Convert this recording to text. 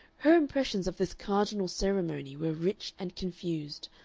her impressions of this cardinal ceremony were rich and confused,